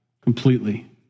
completely